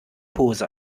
pose